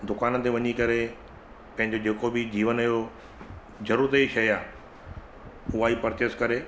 दुकाननि ते वञी करे पंहिंजो जेको बि जीवन जो ज़रूरत जी शइ आहे उहाई पर्चेस करे